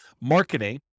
marketing